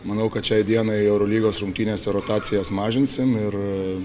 manau kad šiai dienai eurolygos rungtynėse rotacijas mažinsim ir